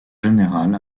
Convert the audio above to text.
général